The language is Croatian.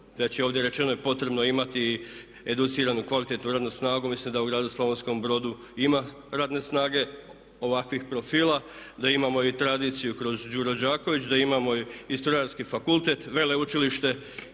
ovdje rečeno je potrebno imati educiranu, kvalitetnu radnu snagu. Mislim da u gradu Slavonskom Brodu ima radne snage ovakvih profila, da imamo i tradiciju kroz Đuro Đaković, da imamo i strojarski fakultet, veleučilište.